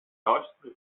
deistige